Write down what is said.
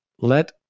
let